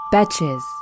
Betches